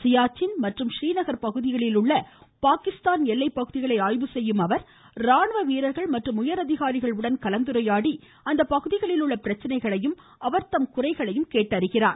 சியாச்சின் பகுதிகளில் மற்றும் யீநகர் உள்ள பாகிஸ்தான் எல்லைப்பகுதிகளை ஆய்வு செய்யும் அவர் ராணுவ வீரர்கள் மற்றும் உயர் அதிகாரிகள் உடன் கலந்துரையாடி அப்பகுதிகளில் உள்ள பிரச்சனைகளையும் அவர்தம் குறைகளையும் கேட்டறிகிறார்